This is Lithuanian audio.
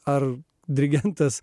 ar dirigentas